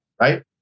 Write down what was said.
right